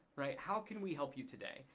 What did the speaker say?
right, how can we help you today?